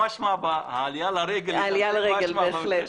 בהחלט.